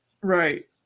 Right